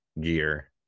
Gear